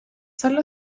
solo